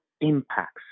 impacts